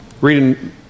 Reading